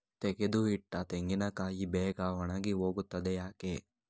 ತೆಗೆದು ಇಟ್ಟ ತೆಂಗಿನಕಾಯಿ ಬೇಗ ಒಣಗಿ ಹೋಗುತ್ತದೆ ಯಾಕೆ?